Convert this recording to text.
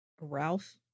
Ralph